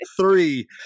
three